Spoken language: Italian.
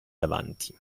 davanti